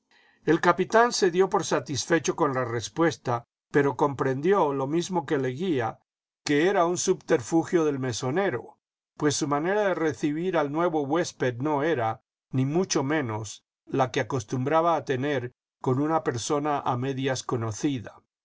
el capitán se dio por satisfecho con la respuesta pero comprendió lo mismo que leguía que era un lüo subterfugio del mesonero pues su manera de recibir al nuevo huésped no era ni mucho menos la que acostumbraba a tener con una persona a medias conocida